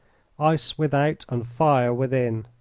ice without and fire within.